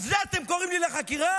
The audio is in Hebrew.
על זה אתם קוראים לי לחקירה?